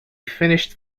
finished